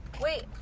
Wait